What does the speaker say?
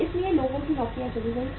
इसलिए लोगों की नौकरियां चली गईं